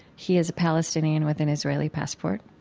he is a palestinian with an israeli passport.